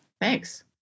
Thanks